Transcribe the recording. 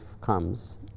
comes